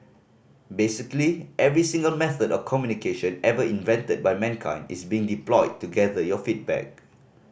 basically every single method of communication ever invented by mankind is being deployed to gather your feedback